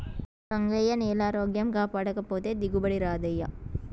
రంగయ్యా, నేలారోగ్యం కాపాడకపోతే దిగుబడి రాదయ్యా